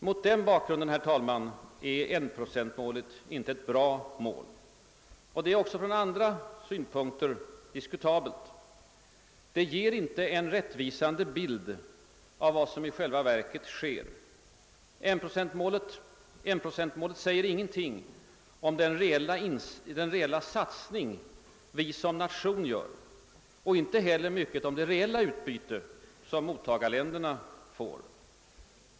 Mot den bakgrunden, herr talman, är enprocentmålet inte något bra mål. Och det är också från andra synpunkter diskutabelt. Det ger inte en rättvisande bild av vad som i själva verket sker. Enprocentmålet säger ingenting om den reella satsning vi som nation gör och inte heller mycket om det reella utbyte som mottagarländerna får.